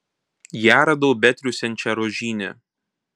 ją radau betriūsiančią rožyne